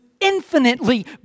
infinitely